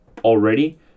already